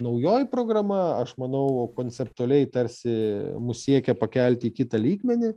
naujoji programa aš manau konceptualiai tarsi mus siekia pakelti į kitą lygmenį